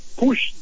push